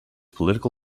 political